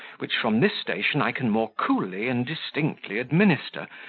which from this station i can more coolly and distinctly administer,